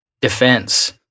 defense